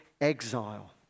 exile